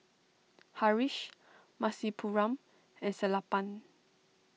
Haresh Rasipuram and Sellapan